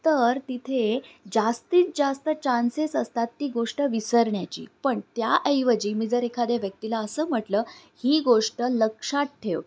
तर तिथे जास्तीत जास्त चान्सेस असतात ती गोष्ट विसरण्याची पण त्या ऐवजी मी जर एखाद्या व्यक्तीला असं म्हटलं ही गोष्ट लक्षात ठेव